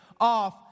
off